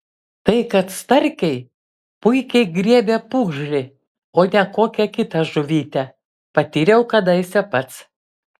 tai kad starkiai puikiai griebia pūgžlį o ne kokią kitą žuvytę patyriau kadaise pats